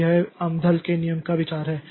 तो ये अमदलAmdahl's के नियम का विचार है